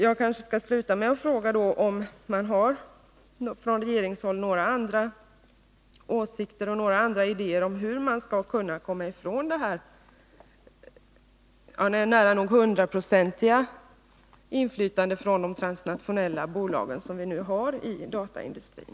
Jag vill sluta med att fråga om man på regeringshåll har några andra åsikter och några andra ideér om hur man skall kunna komma ifrån detta nära nog hundraprocentiga inflytande som de transnationella bolagen har inom dataindustrin.